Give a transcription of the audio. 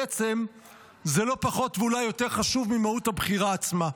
בעצם זה לא פחות ואולי יותר חשוב ממהות הבחירה עצמה.